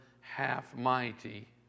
half-mighty